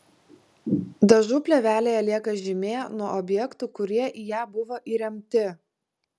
dažų plėvelėje lieka žymė nuo objektų kurie į ją buvo įremti